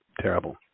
terrible